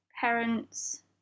parents